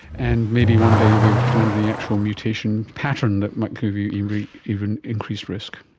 and maybe one day you'll be able to find the actual mutation pattern that might give you even increased risk.